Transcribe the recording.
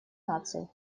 наций